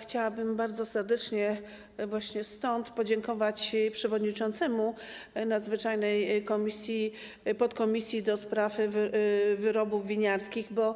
Chciałabym bardzo serdecznie właśnie stąd podziękować przewodniczącemu nadzwyczajnej podkomisji do spraw wyrobów winiarskich, bo